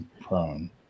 prone